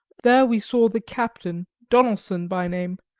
there we saw the captain, donelson by name,